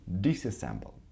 disassemble